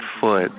foot